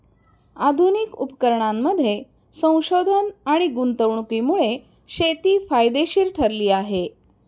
आधुनिक उपकरणांमध्ये संशोधन आणि गुंतवणुकीमुळे शेती फायदेशीर ठरली आहे